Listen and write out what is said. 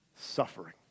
Suffering